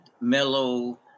mellow